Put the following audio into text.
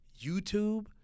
YouTube